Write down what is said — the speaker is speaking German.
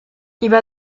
über